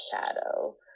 shadow